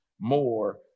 more